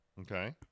Okay